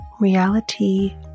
reality